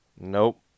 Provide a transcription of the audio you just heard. Nope